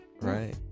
Right